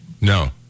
No